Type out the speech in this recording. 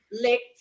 licked